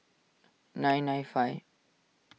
nine nine five